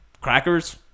crackers